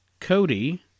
Cody